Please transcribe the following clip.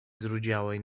zrudziałej